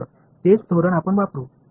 तर तेच धोरण आपण वापरू